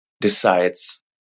decides